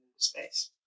space